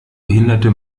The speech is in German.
behinderte